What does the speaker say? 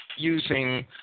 using